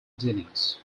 dealings